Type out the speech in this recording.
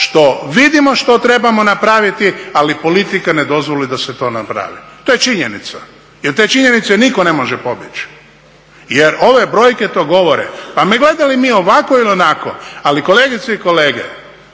što vidmo što trebamo napraviti, ali politika ne dozvoli da se to napravi, to je činjenice jel od te činjenice nitko ne može pobjeći jer ove brojke to govore. Pa gledali mi ovako ili onako ali kolegice i kolege